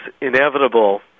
inevitable